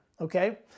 okay